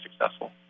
successful